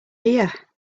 here